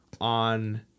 on